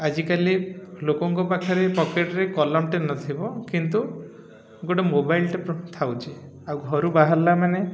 ଆଜିକାଲି ଲୋକଙ୍କ ପାଖରେ ପକେଟ୍ରେ କଲମଟେ ନଥିବ କିନ୍ତୁ ଗୋଟେ ମୋବାଇଲଟେ ଥାଉଛି ଆଉ ଘରୁ ବାହାରିଲା ମାନେ